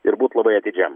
ir būt labai atidžiam